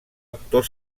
actor